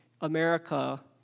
America